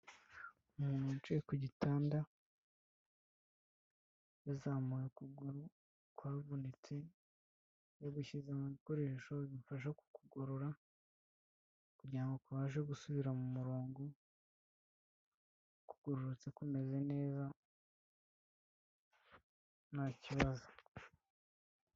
Umuntu wicaye kugitanda yazamuye ukuguru kwavunitse no gushyizemo mu ibikoresho bigufasha kukugorora kugira ngo kubabashe gusubira mu murongo kugororotse kumeze neza ntakibazo.